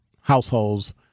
households